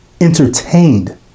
entertained